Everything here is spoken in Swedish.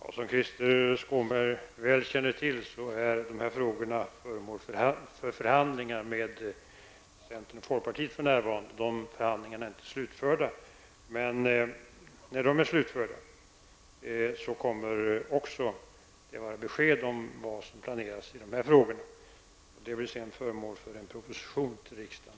Fru talman! Som Krister Skånberg väl känner till är dessa frågor för närvarande föremål för förhandlingar med centern och folkpartiet. Dessa förhandlingar är ju inte slutförda, men när de är det kommer det också att ges besked om vad som planeras på detta område, vilket sedan blir föremål för en proposition till riksdagen.